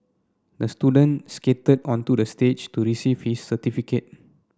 the student skated onto the stage to receive his certificate